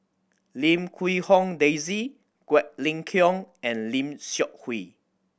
Lim Quee Hong Daisy Quek Ling Kiong and Lim Seok Hui